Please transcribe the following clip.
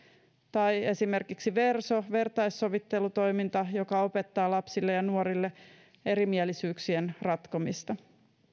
tai esimerkiksi verso vertaissovittelutoiminta joka opettaa lapsille ja nuorille erimielisyyksien ratkomista